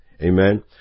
Amen